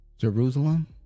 Jerusalem